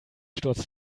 sturz